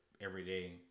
everyday